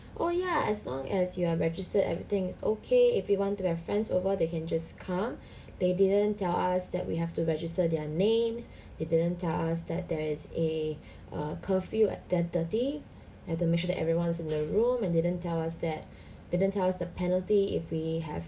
oh ya as long as you are registered everything is okay if you want to have friends over they can just come they didn't tell us that we have to register their names they didn't tell us that there is a uh curfew at ten thirty and to mention that everyone's is in the room and didn't tell us that didn't tells the penalty if we have